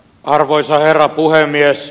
arvoisa herra puhemies